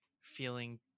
feeling